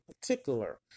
particular